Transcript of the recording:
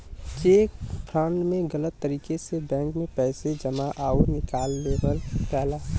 check fraud में गलत तरीके से बैंक में पैसा जमा आउर निकाल लेवल जाला